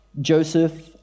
Joseph